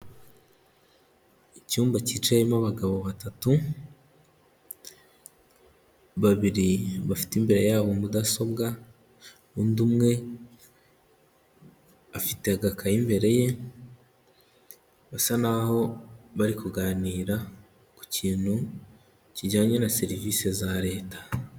Icyumba cyicayemo abagabo batatu, babiri bafite imbere yabo mudasobwa, undi umwe afite akayu imbere ye, ibasa naho bari kuganira ku kintu kijyanye na serivisi za leta.